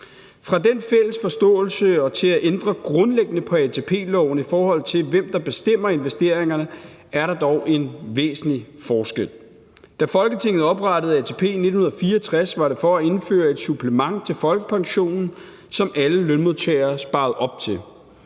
Fra den fælles forståelse og til at ændre grundlæggende på ATP-loven, i forhold til hvem der bestemmer investeringerne, er der dog en væsentlig forskel. Da Folketinget oprettede ATP i 1964, var det for at indføre et supplement til folkepensionen, som alle lønmodtagere sparede op til.